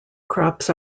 crops